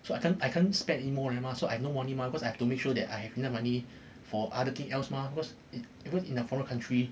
so I can't I can't spend anymore already mah cause I no money mah cause I have to make sure I have money for other thing else cause in a foreign country